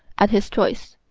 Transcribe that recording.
at his choice.